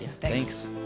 thanks